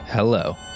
Hello